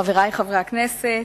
חברי חברי הכנסת,